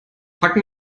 packen